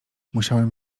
musiałem